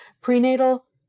prenatal